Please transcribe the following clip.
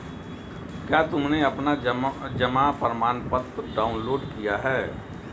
क्या तुमने अपना जमा प्रमाणपत्र डाउनलोड किया है?